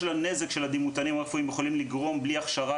הנזק שדימותנים רפואיים יכולים לגרום בלי הכשרה